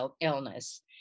illness